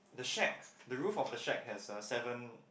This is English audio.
the shed the roof of the shed has a seven